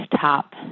top